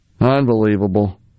Unbelievable